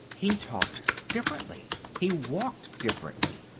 he talked differently. he walked differently.